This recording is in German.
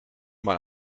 mal